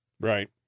Right